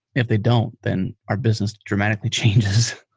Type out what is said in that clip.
if they don't, then our business dramatically changes.